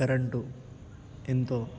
current ఎంతో